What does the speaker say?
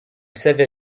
savait